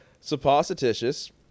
Supposititious